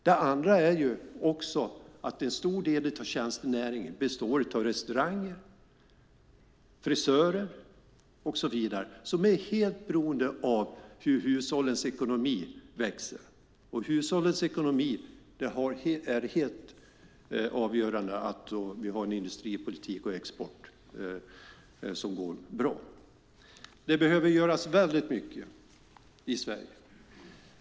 Det andra är att en stor del av tjänstenäringen består av restauranger, frisörer och så vidare som är helt beroende av hur hushållens ekonomi växer. För hushållens ekonomi är det helt avgörande att vi har en industripolitik och en export som går bra. Det behöver göras mycket i Sverige.